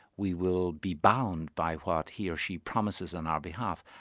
we will be bound by what he or she promises on our behalf.